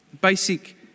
Basic